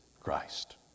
Christ